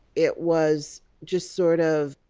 it was just sort of,